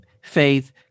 faith